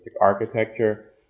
architecture